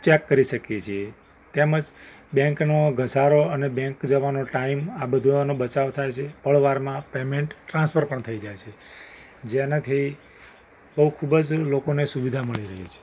check કરી શકીએ છીએ તેમજ બૅન્કનો ઘસારો અને બૅન્ક જવાનો ટાઈમ આ બધાનો બચાવ થાય છે પળવારમાં પેમૅન્ટ ટ્રાન્સફર પણ થઇ જાય છે જેનાથી બહુ ખૂબ જ લોકોને સુવિધા મળી જાય છે